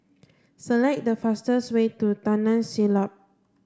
select the fastest way to Taman Siglap